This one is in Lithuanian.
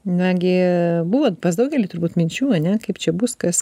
nagi buvo pas daugelį turbūt minčių ane kaip čia bus kas